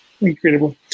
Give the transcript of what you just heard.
Incredible